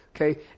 Okay